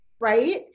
right